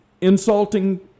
insulting